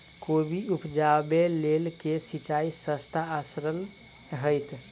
कोबी उपजाबे लेल केँ सिंचाई सस्ता आ सरल हेतइ?